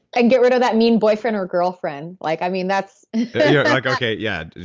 i'd get rid of that mean boyfriend or girlfriend. like i mean that's like okay. yeah.